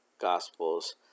Gospels